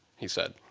he said.